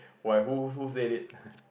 why who who said it